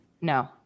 No